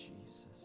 Jesus